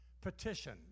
petition